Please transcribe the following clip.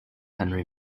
henry